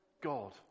God